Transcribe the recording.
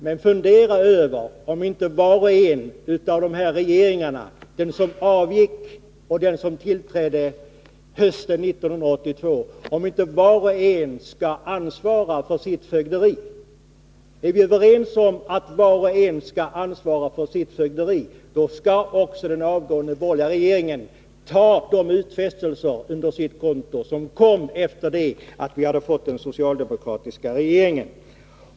Men fundera över om inte var och en av dessa regeringar — den som avgick och den som tillträdde hösten 1982 — skall ansvara för sitt fögderi! Är vi överens om att var och en skall ansvara för sitt fögderi, skall också den borgerliga regering som avgick ta de utfästelser på sitt konto som kom efter det att vi hade fått den socialdemokratiska regeringen.